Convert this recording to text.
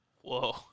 Whoa